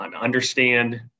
understand